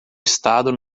estado